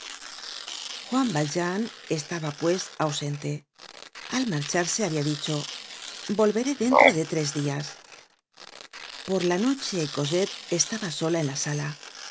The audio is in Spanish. juan valjean estaba pues ausente al marcharse habia dicho volveré dentro de tres dias por la noche cosette estaba sola en la sala